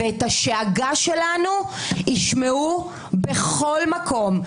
ואת השאגה שלנו ישמעו בכל מקום.